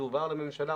זה הובהר לממשלה,